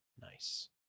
Nice